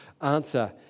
answer